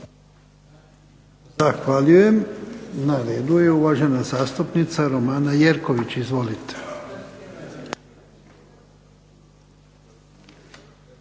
Zahvaljujem. Na redu je uvažena zastupnica Romana Jerković. Izvolite.